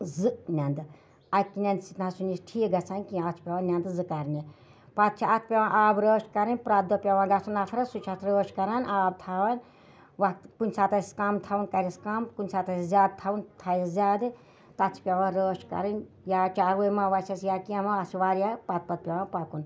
زٕ نٮ۪نٛدٕ اَکہِ نٮ۪نٛدِ سۭتۍ نہ حظ چھُنہٕ یہِ ٹھیٖک گژھان کینٛہہ اَتھ چھِ پیٚوان نٮ۪نٛدٕ زٕ کَرنہِ پَتہٕ چھِ اَتھ پیٚوان آبہٕ رٲچھ کَرٕنۍ پرٛٮ۪تھ دۄہ پیٚوان گژھُن نفرَس سُہ چھُ اَتھ رٲچھ کَران آب تھاوان وقتہٕ کُنہِ ساتہٕ آسیٚس کَم تھَوُن کَریٚس کَم کُنہِ ساتہٕ آسیٚس زیادٕ تھَوُن تھَیس زیادٕ تَتھ چھِ پیٚوان رٲچھ کَرٕنۍ یا چاروٲے ما وَسیٚس یا کینٛہہ ما اَتھ چھُ واریاہ پَتہٕ پَتہٕ پیٚوان پَکُن